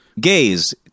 gays